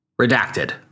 Redacted